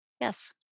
Yes